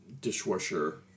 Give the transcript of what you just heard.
dishwasher